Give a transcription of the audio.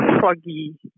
foggy